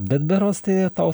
bet berods tai tau